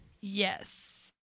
Yes